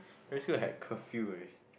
primary school I had curfew very